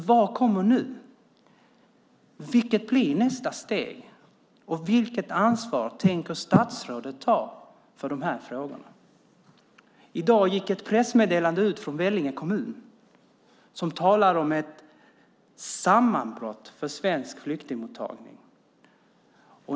Vad kommer nu? Vilket blir nästa steg? Vilket ansvar tänker statsrådet ta för dessa frågor? I dag gick ett pressmeddelande ut från Vellinge kommun. Där talas om ett sammanbrott för svensk flyktingmottagning.